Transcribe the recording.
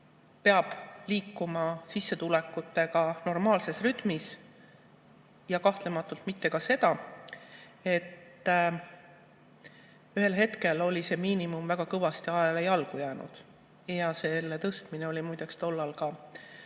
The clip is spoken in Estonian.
peab liikuma sissetulekutega normaalses rütmis, ja kahtlematult mitte ka seda, et ühel hetkel oli see miinimum väga kõvasti ajale jalgu jäänud. Selle tõstmine oli muide tollal ka valitsuse